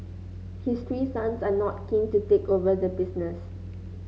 his three sons are not keen to take over the business